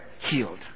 healed